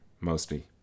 mostly